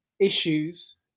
issues